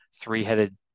three-headed